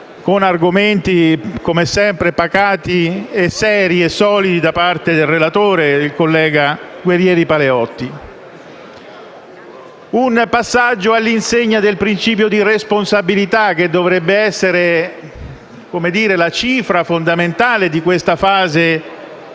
con argomenti come sempre pacati, seri e solidi, da parte del relatore, il collega Guerrieri Paleotti: un passaggio all'insegna del principio di responsabilità che dovrebbe essere la cifra fondamentale di questa fase